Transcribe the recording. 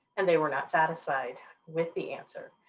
and they were not satisfied with the answer.